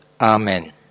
Amen